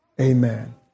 Amen